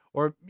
or,